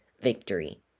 victory